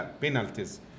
penalties